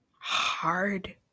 hard